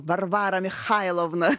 varvara michailovna